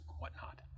whatnot